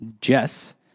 Jess